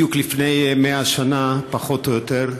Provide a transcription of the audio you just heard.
בדיוק לפני 100 שנה, פחות או יותר,